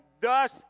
Thus